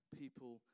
people